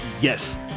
Yes